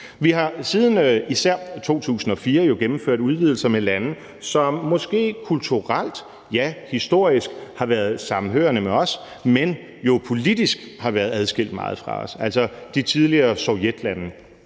Vi har siden især 2004 gennemført udvidelser med lande, som måske kulturelt, ja, historisk, har været samhørende med os, men som jo politisk har været adskilt meget fra os – de tidligere Sovjetlande,